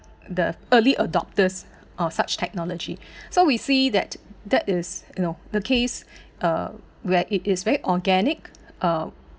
the early adopters of such technology so we see that that is you know the case uh where it is very organic uh